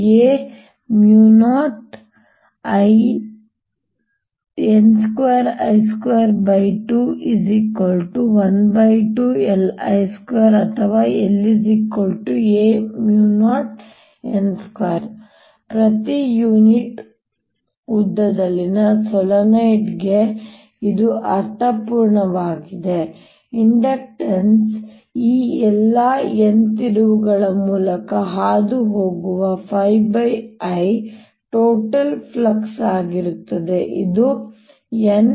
a0n2I2212LI2 ಅಥವಾ La0n2 ಪ್ರತಿ unit ಉದ್ದದಲ್ಲಿನ ಸೊಲೆನಾಯ್ಡ್ ಗೆ ಇದು ಅರ್ಥಪೂರ್ಣವಾಗಿದೆ ಇಂಡಕ್ಟನ್ಸ್ ಈ ಎಲ್ಲಾ n ತಿರುವುಗಳ ಮೂಲಕ ಹಾದುಹೋಗುವ I ಟೋಟಲ್ ಫ್ಲಕ್ಸ್ ಆಗಿರುತ್ತದೆ ಇದು n